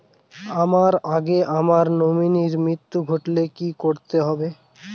আমার আগে আমার নমিনীর মৃত্যু ঘটলে কি করতে হবে?